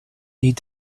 need